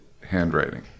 handwriting